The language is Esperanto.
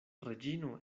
reĝino